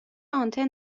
آنتن